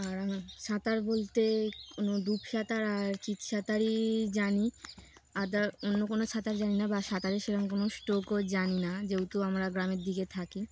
আর আমি সাঁতার বলতে কোনো দুপ সাঁতার আর চিত সাঁতারই জানি আদার অন্য কোনো সাঁতার জানি না বা সাঁতারে সেরকম কোনো স্ট্রোকও জানি না যেহেতু আমরা গ্রামের দিকে থাকি